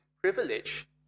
privilege